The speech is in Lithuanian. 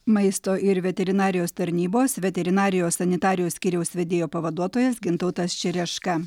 maisto ir veterinarijos tarnybos veterinarijos sanitarijos skyriaus vedėjo pavaduotojas gintautas čereška